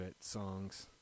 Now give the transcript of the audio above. songs